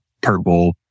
purple